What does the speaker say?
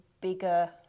bigger